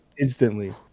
instantly